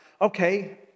okay